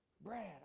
Brad